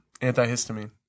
Antihistamine